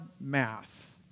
math